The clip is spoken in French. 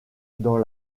dans